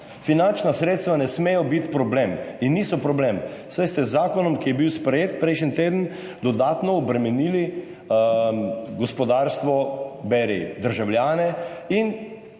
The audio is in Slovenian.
finančna sredstva ne smejo biti problem in niso problem, saj ste z zakonom, ki je bil sprejet prejšnji teden, dodatno obremenili gospodarstvo, beri državljane, in